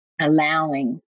allowing